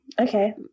Okay